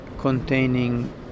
containing